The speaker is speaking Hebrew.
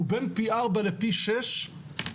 הוא בין פי ארבע לפי שש בעלות,